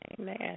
Amen